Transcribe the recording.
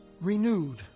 renewed